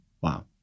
Wow